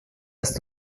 ist